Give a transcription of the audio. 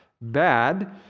bad